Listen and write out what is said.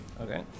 Okay